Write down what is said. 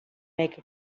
make